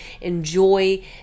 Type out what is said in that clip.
enjoy